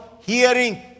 Hearing